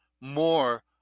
more